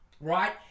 Right